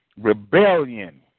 Rebellion